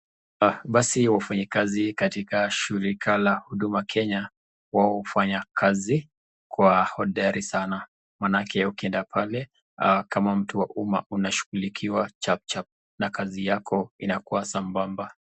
Basi wafanyikazi katika shirika la huduma kenya, wao hufanya kazi kwa hodari sana. Maanake ukienda pale kama mtu wa umma unashughulikiwa chap chap na kazi yako inakuwa sambamba.